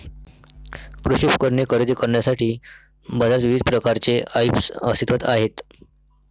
कृषी उपकरणे खरेदी करण्यासाठी बाजारात विविध प्रकारचे ऐप्स अस्तित्त्वात आहेत